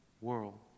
world